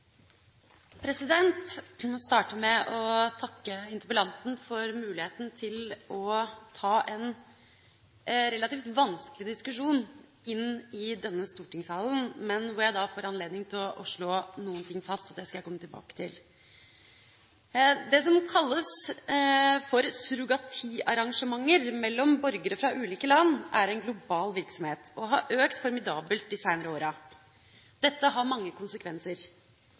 Jeg vil starte med å takke interpellanten for muligheten til å ta en relativt vanskelig diskusjon inn i denne stortingssalen, men hvor jeg får anledning til å slå noen ting fast. Det skal jeg komme tilbake til. Det som kalles for surrogatiarrangementer mellom borgere fra ulike land, er en global virksomhet og har økt formidabelt de seinere åra. Dette har mange konsekvenser.